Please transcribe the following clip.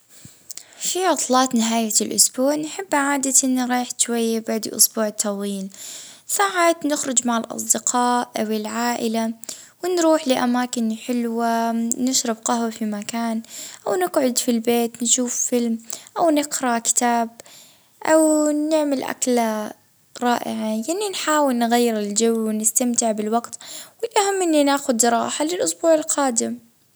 اه نحب الويك -اند نرتاح فيه يا إما نكمل مسلسل ولا فيلم ولا نطلع مع صحابي نشربوا جهوة اه ولا نجضي شوية وجت مع العيلة.